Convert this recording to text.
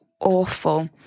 awful